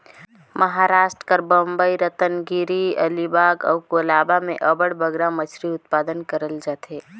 महारास्ट कर बंबई, रतनगिरी, अलीबाग अउ कोलाबा में अब्बड़ बगरा मछरी उत्पादन करल जाथे